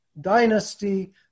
dynasty